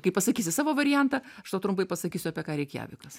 kai pasakysi savo variantą aš tau trumpai pasakysiu apie ką reikjavikas